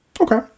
Okay